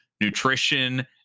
nutrition